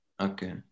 Okay